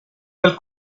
del